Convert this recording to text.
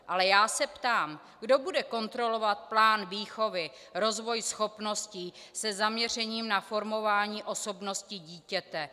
Ale já se ptám, kdo bude kontrolovat plán výchovy, rozvoj schopností se zaměřením na formování osobnosti dítěte?